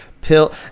pill